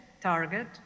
target